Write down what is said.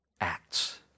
acts